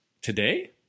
Today